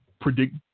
predict